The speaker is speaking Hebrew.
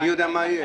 אני יודע מה יהיה?